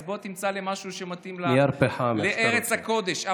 אז בוא תמצא לי משהו שמתאים לארץ הקודש.